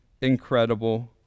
incredible